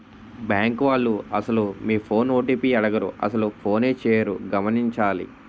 bank వాళ్లు అసలు మీ ఫోన్ ఓ.టి.పి అడగరు అసలు ఫోనే చేయరు గమనించాలి